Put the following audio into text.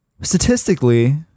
statistically